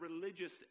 religious